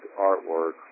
artwork